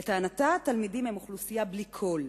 לטענתה, התלמידים הם אוכלוסייה בלי קול,